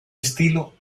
estilo